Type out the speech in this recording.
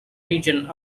region